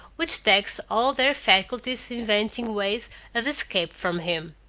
which taxed all their faculties inventing ways of escape from him.